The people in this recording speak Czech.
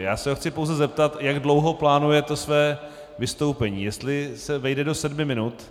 Já se ho chci pouze zeptat, jak dlouho plánuje to své vystoupení, jestli se vejde do sedmi minut.